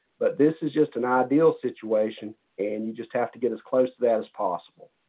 but this is just an ideal situation and you just have to get as close to that as possible.